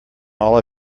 all